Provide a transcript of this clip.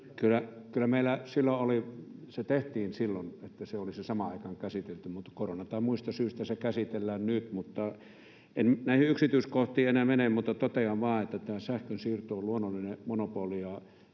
kyllä meillä se tehtiin silloin niin, että se olisi samaan aikaan käsitelty, mutta korona- tai muista syistä se käsitellään nyt. En näihin yksityiskohtiin enää mene, mutta totean vain, että sähkönsiirto on luonnollinen monopoli